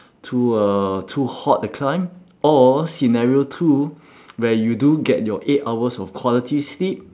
too uh too hot to climb or scenario two where you do get your eight hours of quality sleep